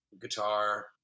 guitar